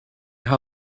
her